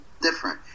different